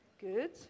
Good